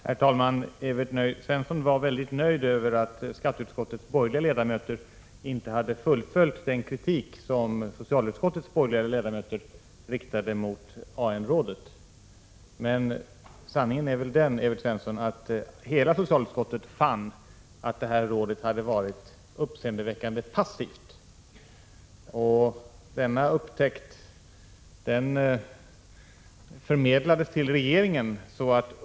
Herr talman! Evert Svensson var väldigt nöjd över att skatteutskottets borgerliga ledamöter inte fullföljde den kritik som socialutskottets borgerliga ledamöter riktade mot AN-rådet. Men, Evert Svensson, sanningen är väl den att hela socialutskottet fann att detta råd varit uppseendeväckande passivt. Denna upptäckt förmedlades till regeringen.